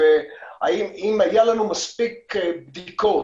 ואם היו לנו מספיק בדיקות,